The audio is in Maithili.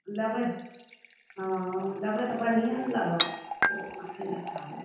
लेबै ओ लेबै तऽ बढ़िएँ ने लेबै